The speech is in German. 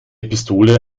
pistole